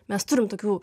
mes turim tokių